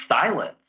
silence